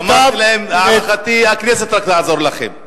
אמרתי להם: להערכתי, רק הכנסת תעזור לכם.